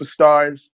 superstars